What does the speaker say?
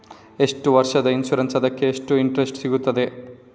ಎಷ್ಟು ವರ್ಷದ ಇನ್ಸೂರೆನ್ಸ್ ಅದಕ್ಕೆ ಎಷ್ಟು ಇಂಟ್ರೆಸ್ಟ್ ಸಿಗುತ್ತದೆ?